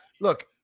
look